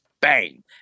Bang